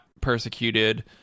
persecuted